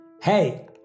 Hey